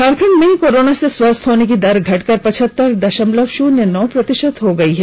झारखंड में कोरोना से स्वस्थ होने की दर घटकर पचहत्तर दशमलव शुन्य नौ प्रतिशत पहंच गई है